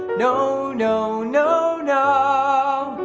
no no no no.